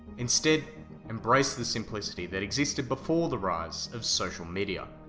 instead embrace the simplicity that existed before the rise of social media.